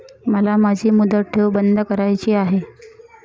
मला माझी मुदत ठेव बंद करायची आहे